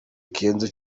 kenzo